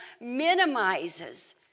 minimizes